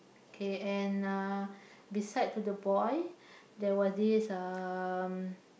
okay and uh beside to the boy there was this um